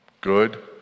good